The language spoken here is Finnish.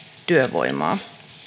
työvoimaa